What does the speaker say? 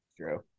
True